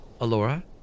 Alora